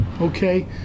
okay